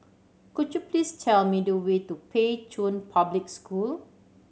could you please tell me the way to Pei Chun Public School